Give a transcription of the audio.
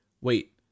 wait